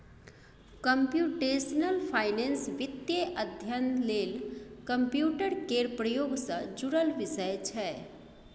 computational finance वित्तीय अध्ययन लेल कंप्यूटर केर प्रयोग सँ जुड़ल विषय छै